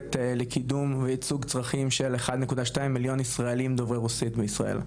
שפועלת לקידום וייצוג צרכים של 1.2 מיליון ישראלים דוברי רוסית בישראל.